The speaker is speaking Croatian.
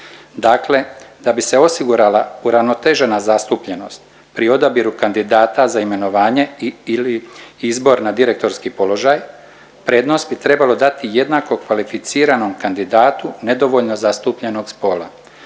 Dakle da bi se osigurala uravnotežena zastupljenost pri odabiru kandidata za imenovanje i/ili izbor na direktorski položaj prednost bi trebalo dati jednako kvalificiranom kandidatu nedovoljno zastupljenog spola,